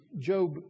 Job